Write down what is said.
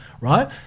right